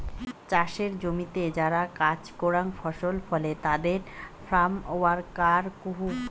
চাসের জমিতে যারা কাজ করাং ফসল ফলে তাদের ফার্ম ওয়ার্কার কুহ